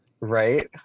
Right